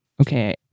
Okay